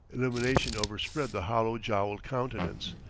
illumination overspread the hollow-jowled countenance.